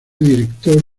director